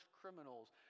criminals